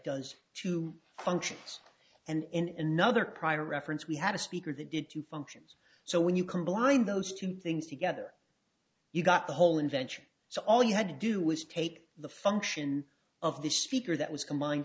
does two functions and in another prior reference we had a speaker that did two functions so when you combine those two things together you got the whole invention so all you had to do was take the function of the speaker that was